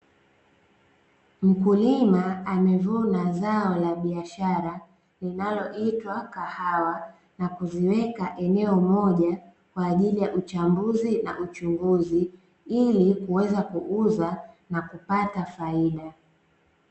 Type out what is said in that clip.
Mkulima amevuna zao la biashara linaloitwa kahawa na kuziweka eneo moja kwa ajili ya uchambuzi na uchunguzi ili kuweza kuuza na kupata faida.